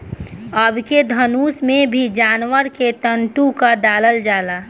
अबके धनुष में भी जानवर के तंतु क डालल जाला